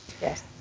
Yes